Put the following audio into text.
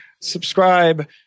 subscribe